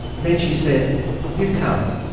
then she said you come,